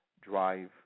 Drive